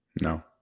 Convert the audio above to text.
No